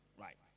Right